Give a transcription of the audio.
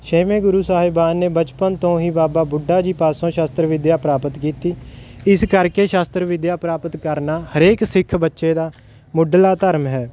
ਛੇਵੇਂ ਗੁਰੂ ਸਾਹਿਬਾਨ ਨੇ ਬਚਪਨ ਤੋਂ ਹੀ ਬਾਬਾ ਬੁੱਢਾ ਜੀ ਪਾਸੋਂ ਸ਼ਸਤਰ ਵਿੱਦਿਆ ਪ੍ਰਾਪਤ ਕੀਤੀ ਇਸ ਕਰਕੇ ਸ਼ਾਸਤਰ ਵਿੱਦਿਆ ਪ੍ਰਾਪਤ ਕਰਨਾ ਹਰੇਕ ਸਿੱਖ ਬੱਚੇ ਦਾ ਮੁੱਢਲਾ ਧਰਮ ਹੈ